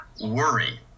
worry